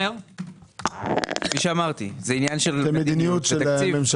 כפי שאמרתי, זה עניין של תקציב.